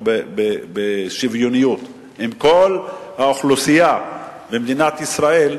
בשוויוניות עם כל האוכלוסייה במדינת ישראל,